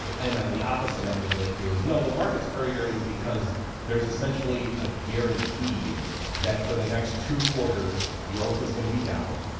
i am on the opposite end of it, is no, the market's cratering because there's essentially a guarantee that for the next two quarters, growth is gonna be down.